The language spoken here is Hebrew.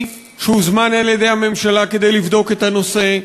שהוזמן על-ידי הממשלה כדי לבדוק את הנושא.